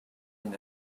been